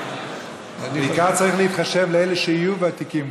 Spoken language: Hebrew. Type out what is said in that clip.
בעיקר צריך להתחשב באלה שיהיו ותיקים.